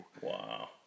Wow